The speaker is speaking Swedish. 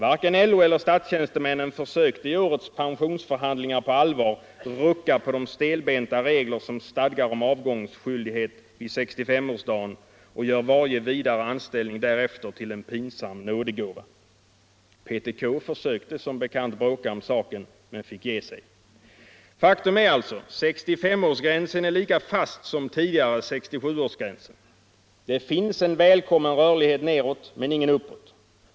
Varken LO eller statstjänstemännen försökte i årets pensionsförhandlingar på allvar rucka på de stelbenta regler som stadgar om avgångsskyldighet vid 65-årsdagen och gör varje vidare anställning därefter till en pinsam nådegåva. PTK försökte som bekant bråka om saken, men fick ge sig. Faktum är alltså: 65-årsgränsen är lika fast som tidigare 67-årsgränsen. Det finns en välkommen rörlighet nedåt, men ingen uppåt.